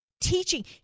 Teaching